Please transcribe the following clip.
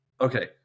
okay